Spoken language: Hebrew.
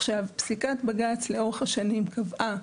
עכשיו, פסיקת בג"ץ לאורך השנים קבעה,